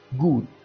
Good